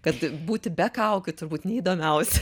kad būti be kaukių turbūt neįdomiausia